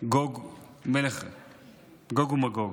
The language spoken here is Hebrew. גוג ומגוג.